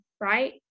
right